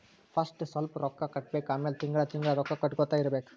first ಸ್ವಲ್ಪ್ ರೊಕ್ಕಾ ಕಟ್ಟಬೇಕ್ ಆಮ್ಯಾಲ ತಿಂಗಳಾ ತಿಂಗಳಾ ರೊಕ್ಕಾ ಕಟ್ಟಗೊತ್ತಾ ಇರ್ಬೇಕ್